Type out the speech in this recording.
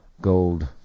Gold